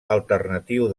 alternatiu